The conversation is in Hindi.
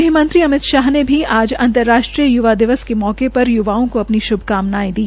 गहमंत्री अमितशाह ने आज अंतर्राष्ट्रीय युवा दिवस के मौके पर युवाओं को केन्द्रीय अपनी श्भकामनायें दी